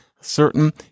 certain